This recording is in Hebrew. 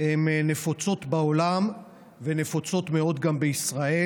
הן נפוצות בעולם ונפוצות מאוד גם בישראל,